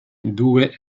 due